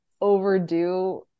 overdue